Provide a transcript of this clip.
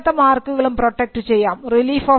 register ചെയ്യാത്ത മാർക്കുകളും protect ചെയ്യാം